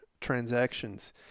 transactions